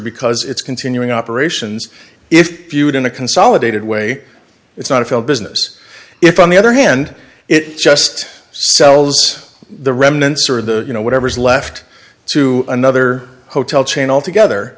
because it's continuing operations if viewed in a consolidated way it's not a failed business if on the other hand it just sells the remnants or the you know whatever's left to another hotel chain all together